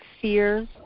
fears